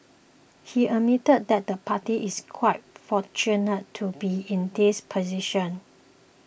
he added that the party is quite fortunate to be in this position